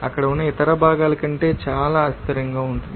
అక్కడ ఉన్న ఇతర భాగాల కంటే చాలా అస్థిరంగా ఉంటుంది